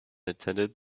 attended